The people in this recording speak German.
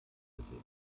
gesehen